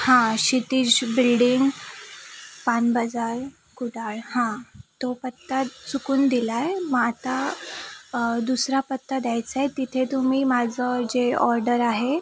हां क्षितिज बिल्डिंग पान बजार कुडाळ हां तो पत्ता चुकून दिला आहे मग आता दुसरा पत्ता द्यायचा आहे तिथे तुम्ही माझं जे ऑर्डर आहे